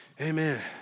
Amen